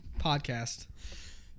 Podcast